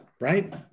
right